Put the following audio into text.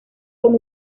con